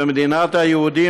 במדינת היהודים,